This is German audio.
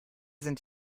sind